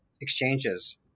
exchanges